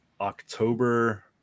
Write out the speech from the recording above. October